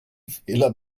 fehler